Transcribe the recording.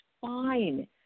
fine